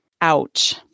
Ouch